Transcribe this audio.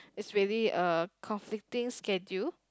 it's really uh conflicting schedule